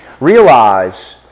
realize